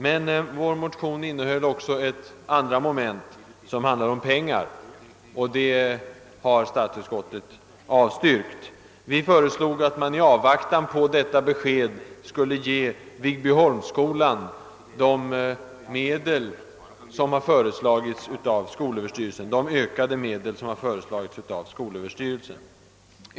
Men vår motion innehåller också ett andra moment, som gäller pengar, och i den delen har statsutskottet avstyrkt motionen. Vi föreslår att man i avvaktan på detta besked skulle ge Viggbyholmsskolan de ökade medel som har föreslagits av skolöverstyrelsen.